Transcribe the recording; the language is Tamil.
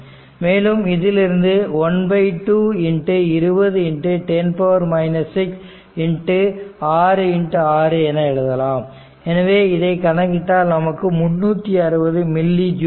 மேலும் இதிலிருந்து 12 2010 6 66 என்று எழுதலாம் எனவே இதை கணக்கிட்டால் நமக்கு 360 மில்லி ஜுல் ஆகும்